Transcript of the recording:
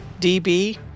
DB